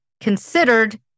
considered